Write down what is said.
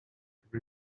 every